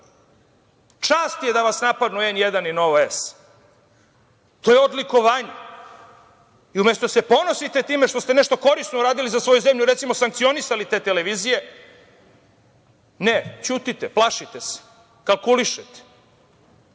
Čast je da vas napadnu „N1“ i „Nova S “. To je odlikovanje. Umesto da se ponosite time što ste nešto korisno uradili za svoju zemlju, recimo sankcionisali te televizije, ne vi ćutite, plašite se, kalkulišete